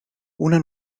una